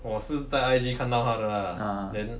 我是在 I_G 看到他的 then